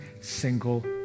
single